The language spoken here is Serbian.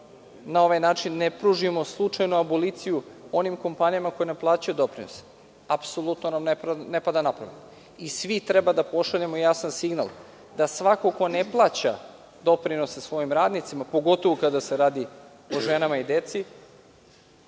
na ovaj način ne pružimo slučajno aboliciju onim kompanijama koje ne plaćaju doprinose. Apsolutno nam ne pada na pamet. Svi treba da pošaljemo jasan signal, da svako ko ne plaća doprinose svojim radnicima, pogotovo kada se radi o ženama i deci,